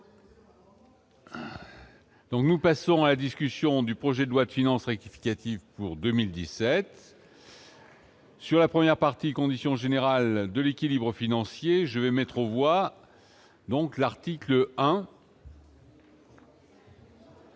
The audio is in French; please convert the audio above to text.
nous passons à la discussion du projet de loi de finances rectificative pour 2017. Sur la première partie conditions générales de l'équilibre financier, je vais mettre, on voit donc l'article 1.